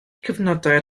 cyfnodau